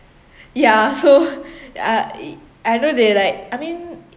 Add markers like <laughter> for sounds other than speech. ya so <laughs> I I know they like I mean